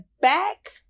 back